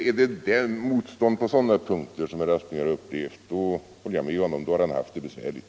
Är det motstånd på sådana punkter som herr Aspling har upplevt så håller jag med honom — då har han haft det besvärligt.